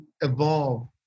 evolve